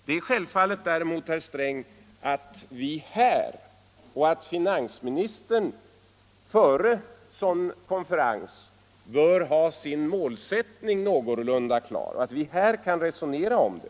Det är däremot självfallet, herr Sträng, att finansministern i en sådan konferens bör ha sin målsättning någorlunda klar och att vi här kan resonera om den.